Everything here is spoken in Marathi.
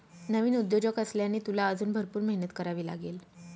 नवीन उद्योजक असल्याने, तुला अजून भरपूर मेहनत करावी लागेल